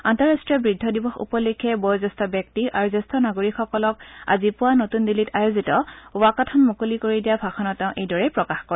আন্তঃৰাষ্ট্ৰীয় বৃদ্ধ দিৱস উপলক্ষে বয়োজ্যেষ্ঠ ব্যক্তি আৰু জ্যেষ্ঠ নাগৰিকসকলৰ আজি পুৱা নতুন দিল্লীত আয়োজিত ৱাকাথন মুকলি কৰি দিয়া ভাষণত তেওঁ এইদৰে প্ৰকাশ কৰে